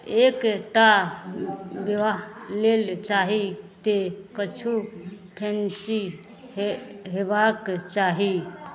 एक टा विवाह लेल चाही तेँ किछु फैन्सिये हेबाक चाही